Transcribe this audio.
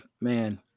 man